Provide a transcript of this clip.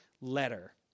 letter